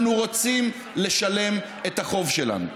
אנחנו רוצים לשלם את החוב שלנו.